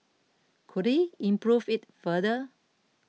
could he improve it further